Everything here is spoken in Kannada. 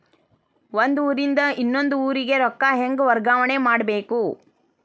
ಒಂದ್ ಊರಿಂದ ಇನ್ನೊಂದ ಊರಿಗೆ ರೊಕ್ಕಾ ಹೆಂಗ್ ವರ್ಗಾ ಮಾಡ್ಬೇಕು?